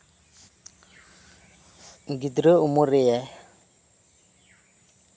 ᱜᱤᱫᱽᱨᱟᱹ ᱩᱢᱮᱨ ᱨᱮ